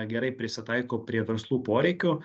gerai prisitaiko prie verslų poreikių